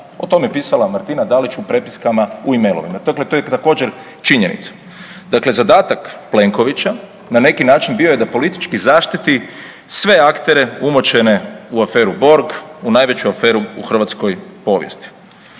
o tome je pisala Martina Dalić u prepiskama u e-mailovima, dakle to je također činjenica. Dakle, zadatak Plenkovića na neki način bio je da politički zaštiti sve aktere umočene u aferu Borg, u najveću aferu u hrvatskoj povijesti.